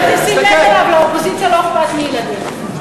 אל תשים לב אליו, לאופוזיציה לא אכפת מילדים.